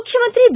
ಮುಖ್ಯಮಂತ್ರಿ ಬಿ